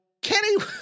Kenny